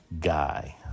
guy